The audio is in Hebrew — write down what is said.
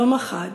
יומא חד